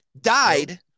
Died